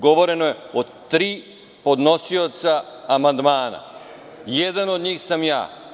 Govoreno je o tri podnosioca amandmana, jedan od njih sam ja.